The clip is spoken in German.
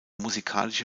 musikalische